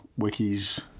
wikis